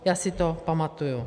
Já si to pamatuji.